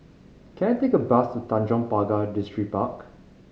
can I take a bus Tanjong Pagar Distripark